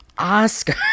Oscar